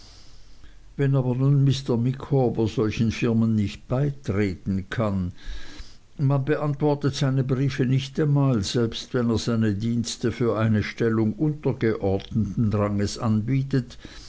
wenn aber nun mr micawber solchen firmen nicht beitreten kann man beantwortet seine briefe nicht einmal selbst wenn er seine dienste für eine stellung untergeordneten ranges anbietet